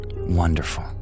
Wonderful